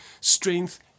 strength